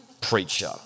preacher